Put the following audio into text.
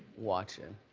watching.